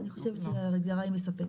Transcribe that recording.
אני חושבת שההגדרה היא מספקת.